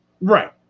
Right